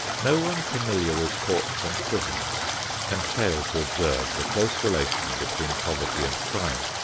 no one familiar with courts and prisons can fail to observe the close relation between poverty and crime.